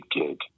gig